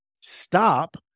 Stop